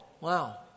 Wow